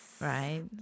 Right